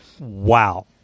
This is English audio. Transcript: Wow